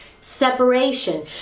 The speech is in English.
Separation